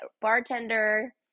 bartender